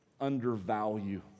undervalue